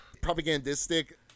propagandistic